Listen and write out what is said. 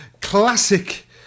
classic